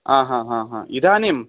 आ हा हा हा इदानीं